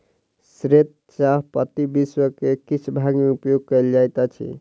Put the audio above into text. श्वेत चाह पत्ती विश्व के किछ भाग में उपयोग कयल जाइत अछि